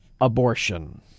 abortion